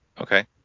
Okay